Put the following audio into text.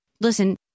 listen